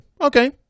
okay